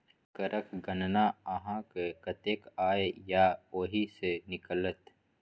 करक गणना अहाँक कतेक आय यै ओहि सँ निकलत